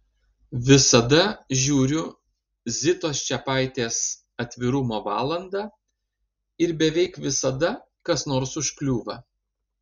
visada žiūriu zitos čepaitės atvirumo valandą ir beveik visada kas nors užkliūva